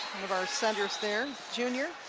of our centers there, junior.